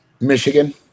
Michigan